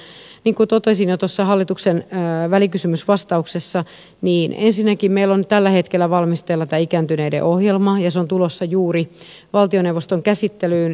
niin kuin totesin jo tuossa hallituksen välikysymysvastauksessa ensinnäkin meillä on tällä hetkellä valmisteilla tämä ikääntyneiden ohjelma ja se on tulossa juuri valtioneuvoston käsittelyyn